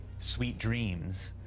sweet dreams.